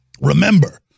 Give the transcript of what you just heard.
Remember